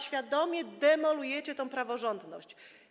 Świadomie demolujecie tę praworządność.